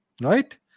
right